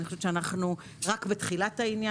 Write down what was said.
אני חושבת שאנחנו רק בתחילת העניין.